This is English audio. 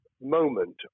moment